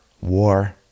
War